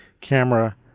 camera